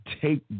take